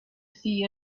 see